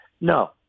no